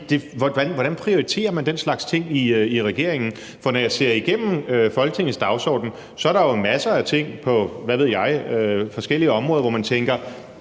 hvordan man prioriterer den slags ting i regeringen. For når jeg ser Folketingets dagsorden igennem, er der jo masser af ting på forskellige områder, hvor man tænker,